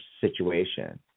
situation